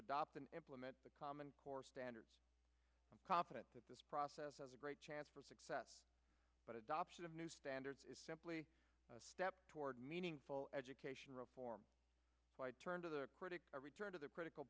adopt and implement the common core standards confident that this process has a great chance for success but adoption of new standards is simply a step toward meaningful education reform i turn to the critic a return to the critical